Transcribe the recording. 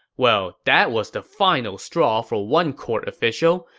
well, that was the final straw for one court official,